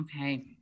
okay